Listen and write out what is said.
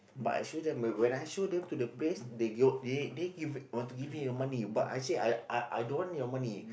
but I show them when when I show them to the place they go they they give they want to give me a money but I say I I I don't want your money